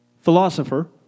Philosopher